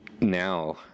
now